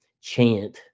chant